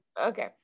Okay